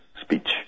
speech